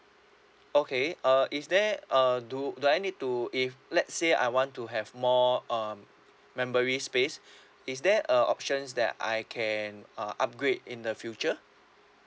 okay uh is there uh do do I need to if let's say I want to have more um memory space is there a options that I can uh upgrade in the future